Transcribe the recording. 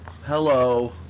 hello